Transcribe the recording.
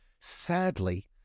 Sadly